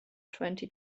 twenty